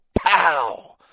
pow